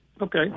Okay